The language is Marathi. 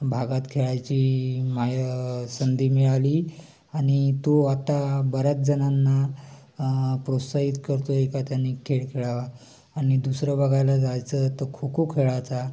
भागात खेळायची माय संधी मिळाली आणि तो आता बऱ्याच जणांना प्रोत्साहित करतो एखाद्याने खेळ खेळावा आणि दुसरं बघायला जायचं तर खो खो खेळायचा